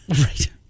Right